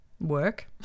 work